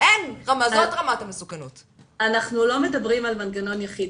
אנחנו לא מדברים על מנגנון יחיד,